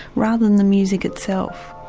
rather than the music itself.